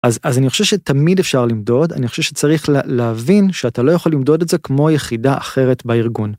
אז... אז אני חושב שתמיד אפשר למדוד, אני חושב שצריך להבין שאתה לא יכול למדוד את זה כמו יחידה אחרת בארגון.